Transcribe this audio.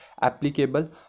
applicable